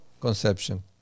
conception